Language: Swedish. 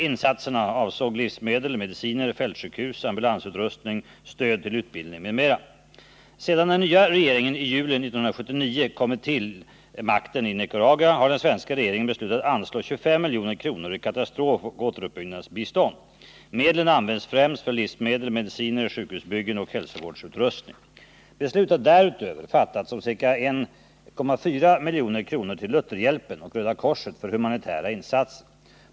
Insatserna avsåg livsmedel, mediciner, fältsjukhus, ambulansutrustning, stöd till utbildning, m.m. Sedan den nya regeringen i juli 1979 kommit till makten i Nicaragua har den svenska regeringen beslutat anslå 25 milj.kr. som katastrofoch återuppbyggnadsbistånd. Medlen används främst för livsmedel, mediciner, sjukhusbyggen och hälsovårdsutrustning. Beslut har därutöver fattats om 1,4 milj.kr. till Lutherhjälpen och Röda korset för humanitära insatser.